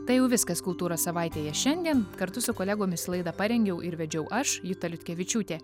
tai jau viskas kultūra savaitėje šiandien kartu su kolegomis laidą parengiau ir vedžiau aš juta liutkevičiūtė